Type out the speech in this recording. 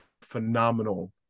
phenomenal